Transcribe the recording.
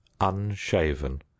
unshaven